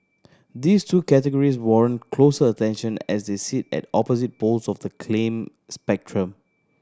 these two categories warrant closer attention as they sit at opposite poles of the claim spectrum